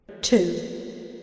Two